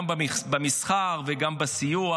גם במסחר וגם בסיוע,